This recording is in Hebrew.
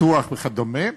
ביטוח וכדומה,